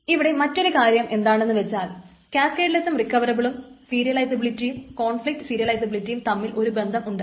ഇവിടെ മറ്റൊരു കാര്യം എന്താണെന്നു വച്ചാൽ കാസ്കേഡ്ലെസും റിക്കവറബിളും സീരിയലിസബിലിറ്റിയും കോൺഫ്ലിറ്റും സീരിയലിസബിലിറ്റിയും തമ്മിൽ ഒരു ബന്ധമുണ്ട്